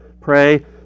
pray